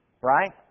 right